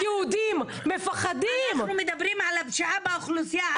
אנחנו מדברים על הפשיעה באוכלוסייה הערבית.